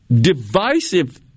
divisive